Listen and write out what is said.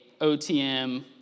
OTM